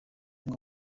ngo